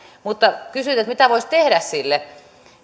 mutta kysyit mitä voisi tehdä sille